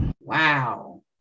Wow